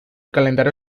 calendario